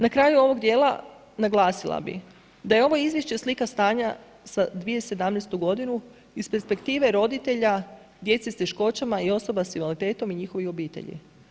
Na kraju ovog dijela naglasila bih da je ovo Izvješće slika stanja za 2017. godinu iz perspektive roditelja djece s teškoćama i osoba s invaliditetom i njihovim obitelji.